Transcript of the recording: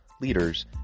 leaders